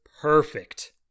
perfect